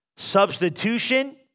Substitution